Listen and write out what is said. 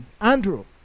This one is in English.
Andrew